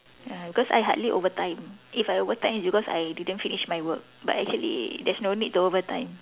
ya cause I hardly overtime if I overtime it's because I didn't finish my work but actually there's no need to overtime